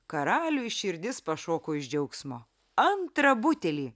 karaliui širdis pašoko iš džiaugsmo antrą butelį